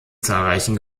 zahlreichen